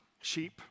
sheep